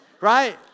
right